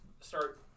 start